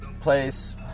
place